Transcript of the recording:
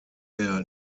der